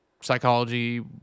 psychology